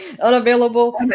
Unavailable